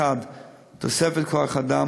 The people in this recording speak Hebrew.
1. תוספת כוח-אדם,